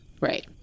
Right